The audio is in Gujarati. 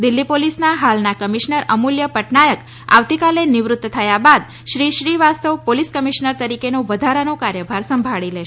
દિલ્ફી પોલીસના હાલના કમિશનર અમૂલ્ય પટનાયક આવતીકાલે નિવૃત્ત થયા બાદ શ્રી શ્રીવાસ્તવ પોલીસ કમિશનર તરીકેનો વધારાનો કાર્યભાર સંભાળી લેશે